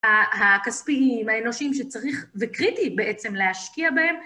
הכספיים, האנושיים שצריך וקריטי בעצם להשקיע בהם.